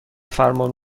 فرمان